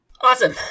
Awesome